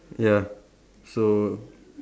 ya so